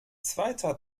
zweiter